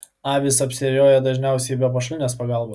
avys apsiėriuoja dažniausiai be pašalinės pagalbos